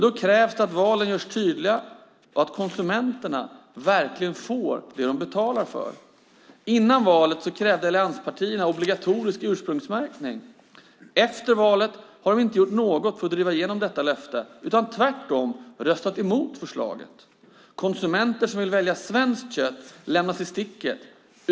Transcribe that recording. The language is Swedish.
Då krävs att valen görs tydliga och att konsumenterna verkligen får det de betalar för. Innan valet krävde allianspartierna obligatorisk ursprungsmärkning. Efter valet har de inte gjort något för att driva igenom detta löfte. Tvärtom har de röstat emot förslaget. Konsumenter som vill välja svenskt kött lämnas i sticket.